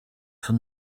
from